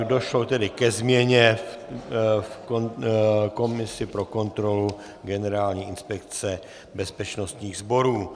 Došlo tedy ke změně v komisi pro kontrolu Generální inspekce bezpečnostních sborů.